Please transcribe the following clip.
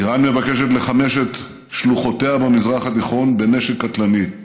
איראן מבקשת לחמש את שלוחותיה במזרח התיכון בנשק קטלני,